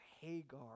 Hagar